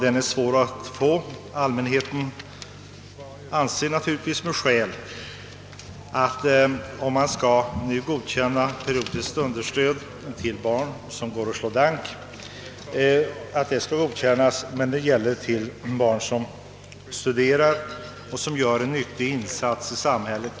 Om man skall godkänna avdrag för periodiskt understöd till barn som går och slår dank, anser allmänheten — och naturligtvis med skäl — att det även bör godkännas då understöden går till barn som studerar och gör en nyttig insats i samhället.